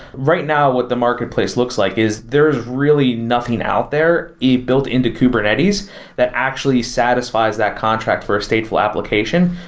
right now what the marketplace looks like is there's really nothing out there built in to kubernetes that actually satisfies that contract for a stateful application.